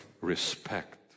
respect